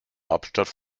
hauptstadt